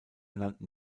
nannten